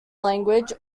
language